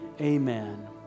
amen